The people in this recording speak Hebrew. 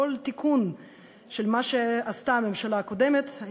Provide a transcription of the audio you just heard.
כל תיקון של מה שעשתה הממשלה הקודמת,